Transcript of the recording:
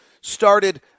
started